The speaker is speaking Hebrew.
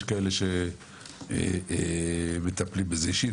יש כאלה שמטפלים בזה אישית,